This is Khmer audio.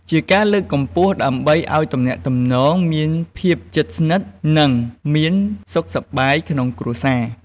ជាការលើកកម្ពស់ដើម្បីឲ្យទំនាក់ទំនងមានភាពជិតស្និតនិងមានសុខសប្បាយក្នុងគ្រួសារ។